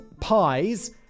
pies